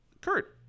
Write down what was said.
Kurt